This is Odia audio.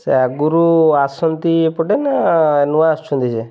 ସେ ଆଗରୁ ଆସନ୍ତି ଏପଟେ ନା ନୂଆ ଆସୁଛନ୍ତି ଯେ